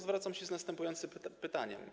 Zwracam się z następującym pytaniem.